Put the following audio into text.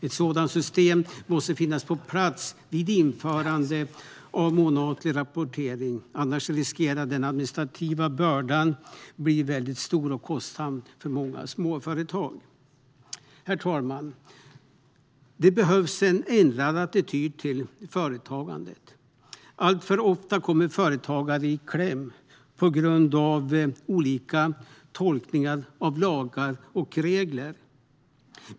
Ett sådant system måste finnas på plats vid införandet av månatlig rapportering; annars riskerar den administrativa bördan att bli väldigt stor och kostsam för små företag. Herr talman! Det behövs en ändrad attityd till företagande. Alltför ofta kommer företagare i kläm på grund av olika tolkningar av lagar och regler.